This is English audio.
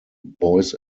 boys